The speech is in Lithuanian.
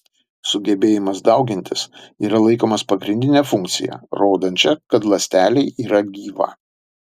sugebėjimas daugintis yra laikomas pagrindine funkcija rodančia kad ląstelė yra gyva